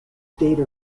data